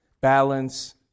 balance